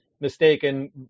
mistaken